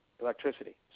Electricity